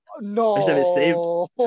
No